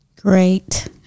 Great